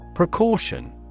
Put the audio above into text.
Precaution